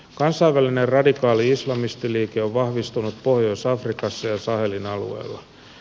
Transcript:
kansainvälinen radikaali islamistiliike on vahvistunut pohjois afrikassa ja sahelin alueella